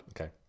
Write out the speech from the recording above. Okay